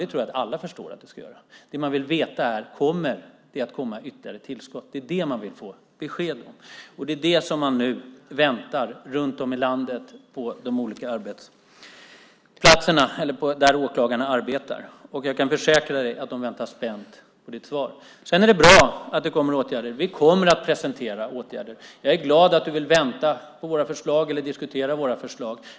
Det tror jag att alla förstår att man ska göra. Det man vill veta är om det kommer ytterligare tillskott. Det är det man vill få besked om. Det är det som man nu väntar på runt om i landet på de olika arbetsplatserna där åklagarna arbetar. Jag kan försäkra dig att de spänt väntar på ditt svar. Det är bra att det kommer åtgärder. Vi kommer att presentera åtgärder. Jag är glad att du vill vänta på våra förslag eller diskutera våra förslag.